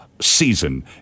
season